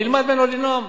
תלמד ממנו לנאום,